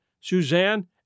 Suzanne